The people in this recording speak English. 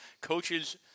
coaches